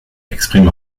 exprime